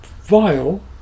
vile